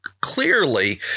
clearly